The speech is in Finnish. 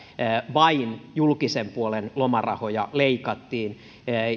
vain julkisen puolen lomarahoja leikattiin